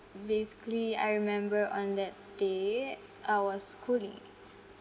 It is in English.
basically I remember on that day I was schooling